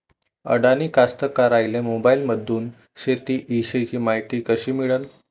अडानी कास्तकाराइले मोबाईलमंदून शेती इषयीची मायती कशी मिळन?